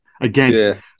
Again